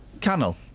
Cannell